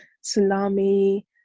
salami